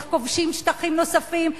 איך כובשים שטחים נוספים,